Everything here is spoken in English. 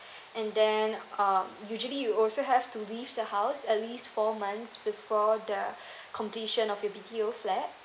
and then um usually you also have to leave the house at least four months before the completion of the B_T_O flat